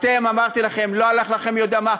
אתם, אמרתי לכם: לא הלך לכם מי יודע מה.